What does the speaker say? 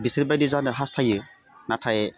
बिसोरबायदि जानो हास्थायो नाथाय